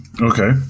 okay